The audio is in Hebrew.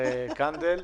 קנדל.